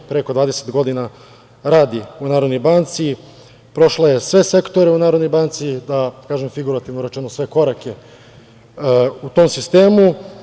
Preko 20 godina radi u Narodnoj banci, prošla je sve sektore u Narodnoj banci, da kažem, figurativno rečeno, sve korake u tom sistemu.